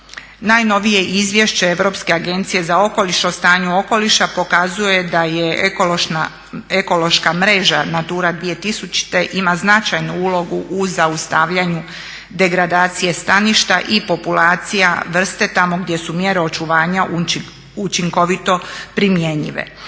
Najnovije izvješće Europske agencije za okoliš o stanju okoliša pokazuje da je ekološka mreža Natura 2000 ima značajnu ulogu u zaustavljanju degradacije staništa i populacija vrste tamo gdje su mjere očuvanja učinkovito primjenjive.